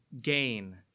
gain